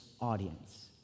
audience